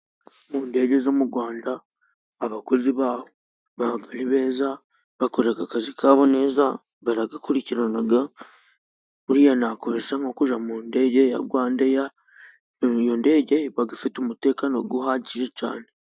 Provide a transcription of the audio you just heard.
Mu ndege zo mu Rwanda ,abakozi baho ni beza. Bakora akazi kabo neza. Baragakurikirana, buriya ntako bisa kujya mu ndege ya Rwandeya. Iyo ndege iba ifite umutekano uhagije cyane.